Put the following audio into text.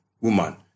woman